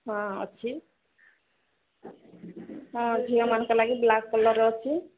ହଁ ଅଛି ହଁ ଝିଅମାନଙ୍କ ଲାଗି ବ୍ଲାକ କଲର୍ର ଅଛି